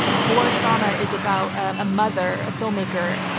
for sama is about a mother, a filmmaker,